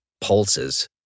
pulses